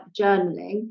journaling